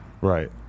Right